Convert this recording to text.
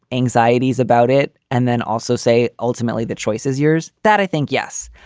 anxieties about it? and then also say, ultimately, the choice is yours. that i think. yes.